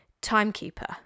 timekeeper